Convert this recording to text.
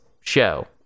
show